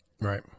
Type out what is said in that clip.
Right